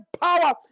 power